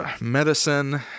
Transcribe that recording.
medicine